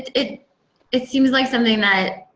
it it seems like something that